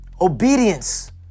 obedience